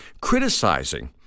Criticizing